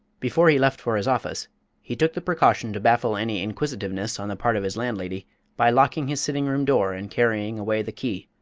before he left for his office he took the precaution to baffle any inquisitiveness on the part of his landlady by locking his sitting-room door and carrying away the key,